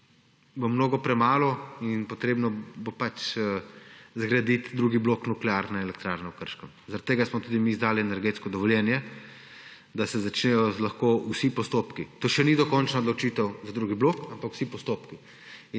bo mnogo premalo in treba bo zgraditi drugi blok nuklearne elektrarne v Krškem. Zato smo tudi mi izdali energetsko dovoljenje, da se lahko začnejo vsi postopki. To še ni dokončna odločitev za drugi blok, ampak vsi postopki.